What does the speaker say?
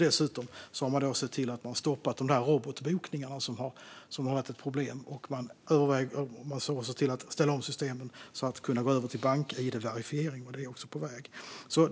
Dessutom har man stoppat robotbokningarna som har varit ett problem, och man ser också till att ställa om systemen för att kunna gå över till bank-id-verifiering. Det är också på väg.